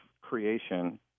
creation